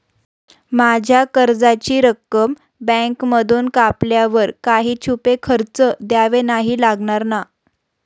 माझ्या कर्जाची रक्कम बँकेमधून कापल्यावर काही छुपे खर्च द्यावे नाही लागणार ना?